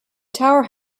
tower